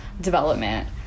development